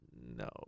No